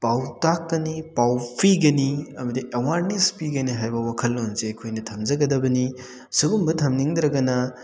ꯄꯥꯎ ꯇꯥꯛꯀꯅꯤ ꯄꯥꯎ ꯄꯤꯒꯅꯤ ꯑꯃꯗꯤ ꯑꯦꯋꯥꯔꯅꯦꯁ ꯄꯤꯒꯅꯤ ꯍꯥꯏꯕ ꯋꯥꯈꯜꯂꯣꯟꯁꯦ ꯑꯩꯈꯣꯏꯅ ꯊꯝꯖꯒꯗꯕꯅꯤ ꯁꯤꯒꯨꯝꯕ ꯊꯝꯅꯤꯡꯗ꯭ꯔꯒꯅ